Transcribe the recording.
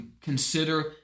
consider